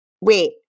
Wait